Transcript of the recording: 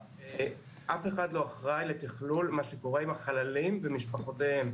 אף אחד לא אחראי לתכלול מה שקורה עם החללים ומשפחותיהם.